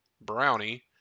brownie